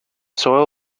soil